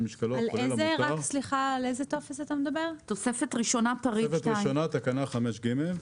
בתוספת הראשונה, תקנה 5(ג),